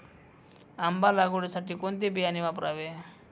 आंबा लागवडीसाठी कोणते बियाणे वापरावे?